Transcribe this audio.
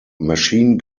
machine